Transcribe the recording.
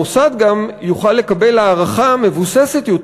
המוסד גם יוכל לקבל הערכה מבוססת יותר,